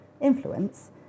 influence